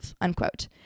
unquote